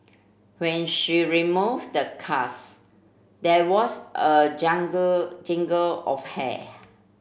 when she removed the cast there was a jungle jingle of hair